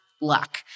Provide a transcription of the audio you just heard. luck